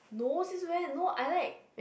no since when no I like